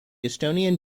estonian